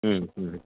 ഉം ഉം